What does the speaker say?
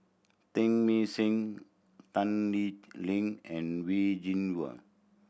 Teng May Seng Tan Lee Leng and Wen Jinhua